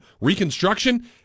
reconstruction